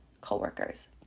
co-workers